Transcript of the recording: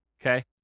okay